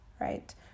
right